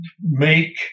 make